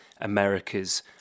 America's